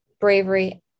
bravery